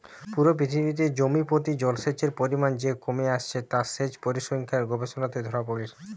পুরো পৃথিবীতে জমি প্রতি জলসেচের পরিমাণ যে কমে আসছে তা সেচ পরিসংখ্যান গবেষণাতে ধোরা পড়ছে